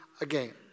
again